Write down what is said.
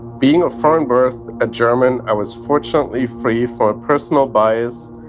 being of foreign birth a german i was fortunately free from a personal bias,